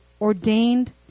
ordained